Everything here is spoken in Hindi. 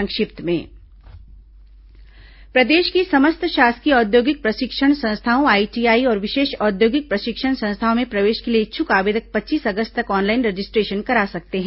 संक्षिप्त समाचार प्रदेश की समस्त शासकीय औद्योगिक प्रशिक्षण संस्थाओं आईटीआई और विशेष औद्योगिक प्रशिक्षण संस्थाओं में प्रवेश के लिए इच्छ्क आवेदक पच्चीस अगस्त तक ऑनलाईन रजिस्ट्रेशन करा सकते हैं